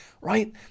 right